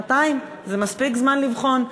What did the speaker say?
שנתיים זה מספיק זמן לבחון.